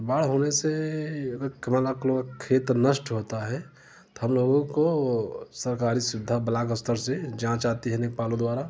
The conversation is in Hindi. बाढ़ होने से मतलब हम लोग का खेत नष्ट होता है तो हम लोगों को सरकारी सुविधा ब्लाक स्तर से जांच आती है पालो द्वारा